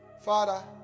Father